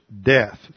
death